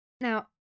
Now